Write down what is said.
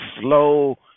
Slow